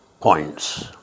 points